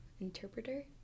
interpreter